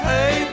Hey